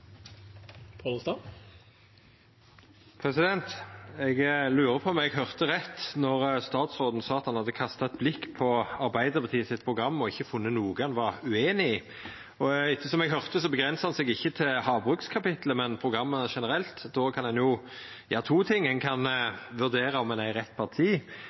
trafikklyssystemet. Eg lurde på om eg høyrde rett då statsråden sa at han hadde kasta eit blikk på Arbeidarpartiet sitt program og ikkje funne noko han var ueinig i. Og ettersom eg høyrde, avgrensa han seg ikkje til havbrukskapitlet, men det gjaldt programmet generelt. Då kan ein jo gjera to ting. Ein kan vurdera om ein er i rett parti,